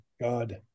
God